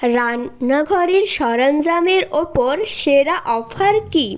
রান্নাঘরের সরঞ্জামের ওপর সেরা অফার কী